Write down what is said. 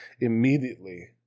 immediately